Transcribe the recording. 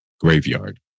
graveyard